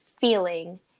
feeling